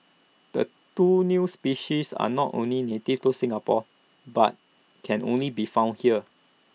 the two new species are not only native to Singapore but can only be found here